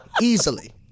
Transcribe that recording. Easily